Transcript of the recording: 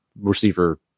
receiver